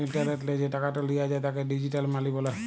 ইলটারলেটলে যে টাকাট লিয়া যায় তাকে ডিজিটাল মালি ব্যলে